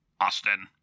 Austin